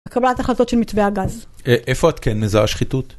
קבלת החלטות של מתווה גז. איפה את כן מזהה שחיתות?